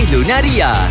Lunaria